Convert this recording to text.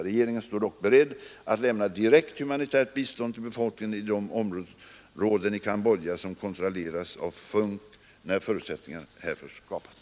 Regeringen står dock beredd att lämna direkt humanitärt bistånd till befolkningen i de områden i Cambodja som kontrolleras av FUNK när förutsättningar härför skapats.